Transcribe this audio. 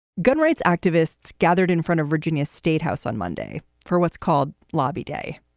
gun rights activists gathered in front of virginia's statehouse on monday for what's called lobby day.